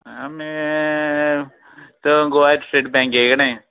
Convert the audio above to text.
आमी तो गोवा स्टेट बँके कडेन